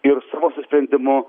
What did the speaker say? ir savo apsisprendimu